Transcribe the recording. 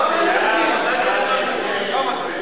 הרווחה והבריאות נתקבלה.